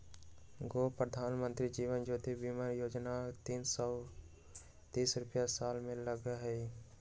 गो प्रधानमंत्री जीवन ज्योति बीमा योजना है तीन सौ तीस रुपए साल में लगहई?